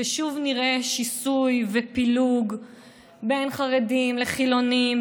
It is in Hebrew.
ששוב נראה שיסוי ופילוג בין חרדים לחילונים,